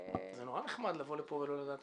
זה נורא נחמד לבוא לפה ולא לדעת תשובות.